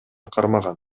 кармаган